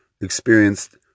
experienced